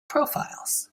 profiles